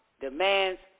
demands